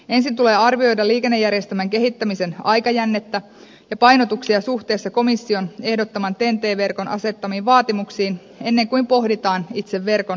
ensin tulee arvioida liikennejärjestelmän kehittämisen aikajännettä ja painotuksia suhteessa komission ehdottaman ten t verkon asettamiin vaatimuksiin ennen kuin pohditaan itse verkon laajentamista